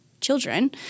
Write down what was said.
children